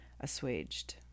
assuaged